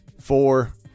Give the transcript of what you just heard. Four